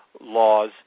laws